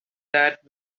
that